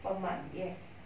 per month yes